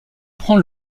prend